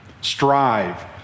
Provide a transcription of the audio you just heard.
Strive